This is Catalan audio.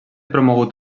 promogut